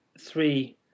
three